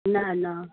न न